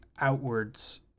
outwards